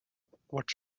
what